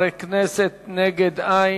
הצעת חוק למניעת מפגעי